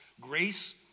Grace